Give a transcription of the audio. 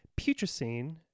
putrescine